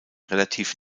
relativ